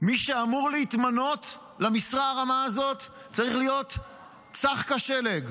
מי שאמור להתמנות למשרה הרמה הזאת צריך להיות צח כשלג.